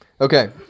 Okay